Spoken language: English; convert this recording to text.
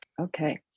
Okay